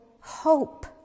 hope